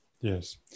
Yes